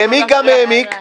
העמיק גם העמיק,